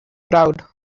proud